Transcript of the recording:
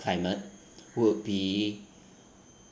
climate would be